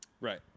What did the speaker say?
Right